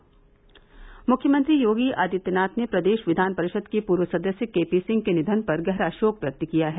संदेश में मुख्यमंत्री योगी आदित्यनाथ ने प्रदेश विधान परिषद के पूर्व सदस्य के पी सिंह के निधन पर गहरा शोक व्यक्त किया है